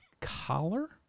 collar